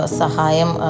Sahayam